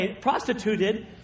prostituted